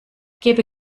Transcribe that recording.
gebe